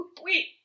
Wait